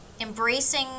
embracing